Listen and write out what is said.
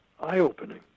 eye-opening